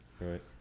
Right